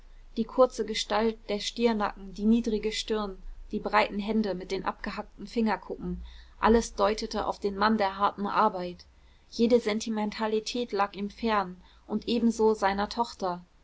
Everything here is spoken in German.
die kurze gestalt der stiernacken die niedrige stirn die breiten hände mit den abgehackten fingerkuppen alles deutete auf den mann der harten arbeit jede sentimentalität lag ihm fern und ebenso seiner tochter